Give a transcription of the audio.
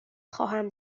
خواهم